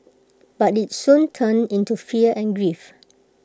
but IT soon turned into fear and grief